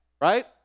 right